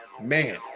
man